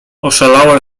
oszalałe